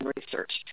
research